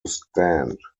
stand